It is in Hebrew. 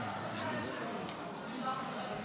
אולי לא שמעתי, גם את התייחסת, נכון?